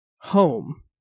home